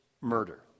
murder